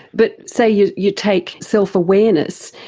but say you you take self awareness,